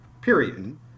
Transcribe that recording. period